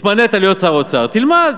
התמנית לשר האוצר, תלמד.